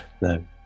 No